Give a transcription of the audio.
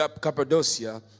Cappadocia